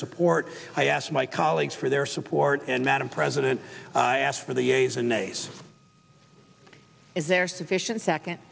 support i ask my colleagues for their support and madam president i ask for the eighty's and ninety's is there sufficient second